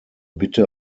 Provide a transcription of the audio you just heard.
bitte